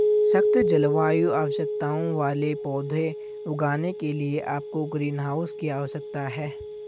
सख्त जलवायु आवश्यकताओं वाले पौधे उगाने के लिए आपको ग्रीनहाउस की आवश्यकता है